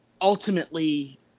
ultimately